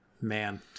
Man